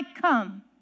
come